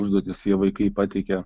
užduotis jie vaikai pateikia